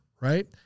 Right